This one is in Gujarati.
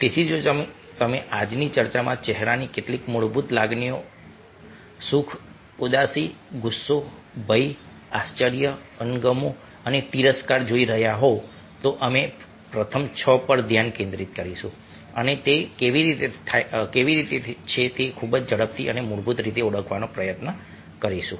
તેથી જો તમે આજની ચર્ચામાં ચહેરાની કેટલીક મૂળભૂત લાગણીઓ સુખ ઉદાસી ગુસ્સો ભય આશ્ચર્ય અણગમો અને તિરસ્કાર જોઈ રહ્યા હોવ તો અમે પ્રથમ 6 પર ધ્યાન કેન્દ્રિત કરીશું અને તે કેવી રીતે છે તે ખૂબ જ ઝડપથી અને મૂળભૂત રીતે ઓળખવાનો પ્રયત્ન કરીશું